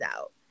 out